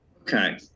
Okay